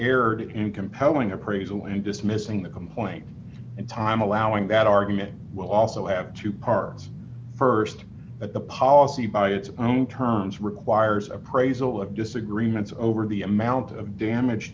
erred in compelling appraisal and dismissing the complaint and time allowing that argument will also have two parts st that the policy by its own terms requires appraisal of disagreements over the amount of damage